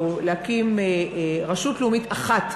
או להקים רשות לאומית אחת,